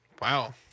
Wow